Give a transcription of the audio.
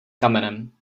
kamenem